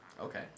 Okay